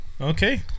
Okay